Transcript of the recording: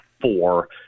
four